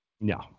No